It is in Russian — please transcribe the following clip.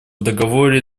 договоре